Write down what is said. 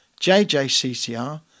JJCCR